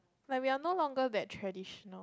like we are no longer that traditional